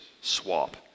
swap